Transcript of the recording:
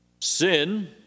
Sin